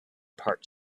part